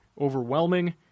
overwhelming